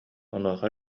онуоха